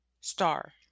star